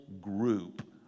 group